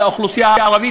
לאוכלוסייה הערבית,